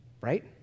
right